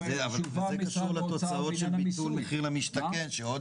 שבועות שוועדת הכספים תיכנס לעובי הקורה,